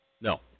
No